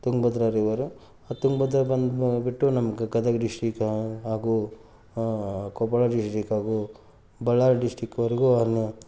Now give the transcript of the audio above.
Tungabhadra river Tungabhadra ಬಂದುಬಿಟ್ಟು ನಮ್ಮ Gadag district ಹಾಗೂ ಕೊಪ್ಪಳ ಡಿಸ್ಟಿಕ್ ಹಾಗೂ ಬಳ್ಳಾರಿ ಡಿಸ್ಟಿಕ್ ಅವ್ರಿಗೂ ಅನ್ನು